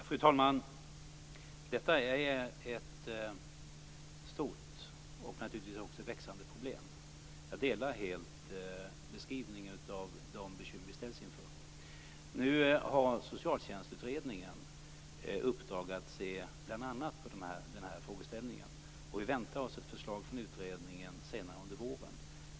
Fru talman! Detta är ett stort och, naturligtvis, också växande problem. Jag delar helt beskrivningen av de bekymmer som vi ställs inför. Socialtjänstutredningen har i uppdrag att se på bl.a. den här frågeställningen. Vi väntar oss ett förslag från utredningen senare under våren.